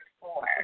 four